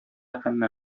һәммә